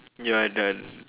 ya the